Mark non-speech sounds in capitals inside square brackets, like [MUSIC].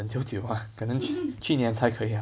[LAUGHS]